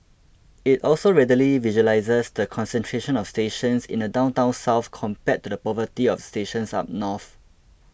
it also readily visualises the concentration of stations in the downtown south compared to the poverty of stations up north